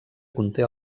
conté